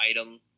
item